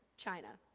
china?